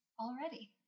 already